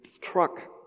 truck